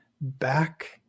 back